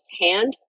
hand